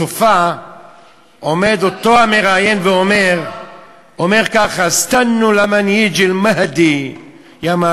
בסופה עומד אותו המראיין ואומר ככה: סתנו למאן יג'י אל-מהדי ימין